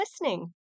listening